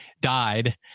died